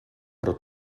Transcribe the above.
però